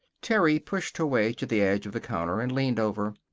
terry pushed her way to the edge of the counter and leaned over.